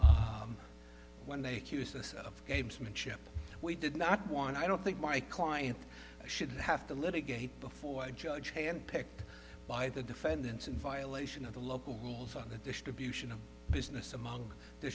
one when they accused us of gamesmanship we did not want i don't think my client should have to litigate before a judge handpicked by the defendants in violation of the local rules on the distribution of business among the